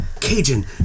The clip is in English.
Cajun